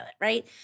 right